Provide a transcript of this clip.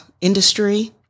industry